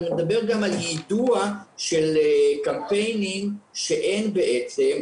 מדבר גם על יידוע של קמפיינים שאין בעצם,